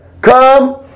come